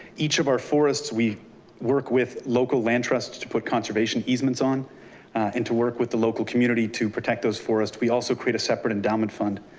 each of our forests, we work with local land trust to put conservation easements on and to work with the local community to protect those forests. we also create a separate endowment fund.